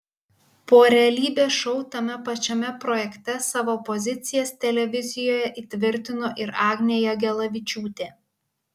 po realybės šou tame pačiame projekte savo pozicijas televizijoje įtvirtino ir agnė jagelavičiūtė